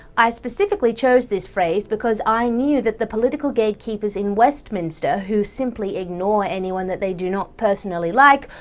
i specifically chose this phrase because i knew that the political gatekeepers in westminster, who simply ignore anyone that they do not personally like,